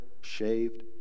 shaved